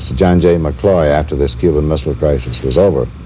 john j. mccloy after this cuban missile crisis was over